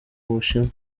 bushinwa